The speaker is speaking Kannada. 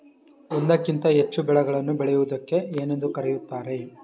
ಒಂದಕ್ಕಿಂತ ಹೆಚ್ಚು ಬೆಳೆಗಳನ್ನು ಬೆಳೆಯುವುದಕ್ಕೆ ಏನೆಂದು ಕರೆಯುತ್ತಾರೆ?